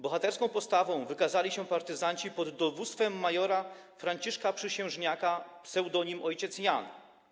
Bohaterską postawą wykazali się partyzanci pod dowództwem mjr. Franciszka Przysiężniaka, ps. Ojciec Jan.